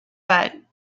but